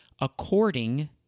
according